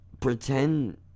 pretend